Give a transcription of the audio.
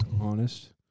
honest